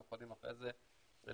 הם יכולים אחרי זה לפרט.